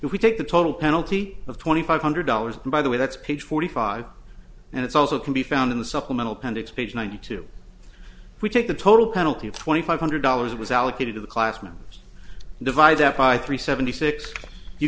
we take the total penalty of twenty five hundred dollars and by the way that's page forty five and it's also can be found in the supplemental pendants page ninety two we take the total penalty of twenty five hundred dollars was allocated to the classroom divide that by three seventy six you